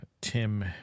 Tim